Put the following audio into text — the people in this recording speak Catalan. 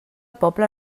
poble